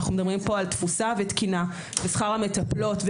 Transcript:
אנחנו מדברים פה על תפוסה ותקינה בשכר המטפלות,